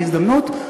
בהזדמנות.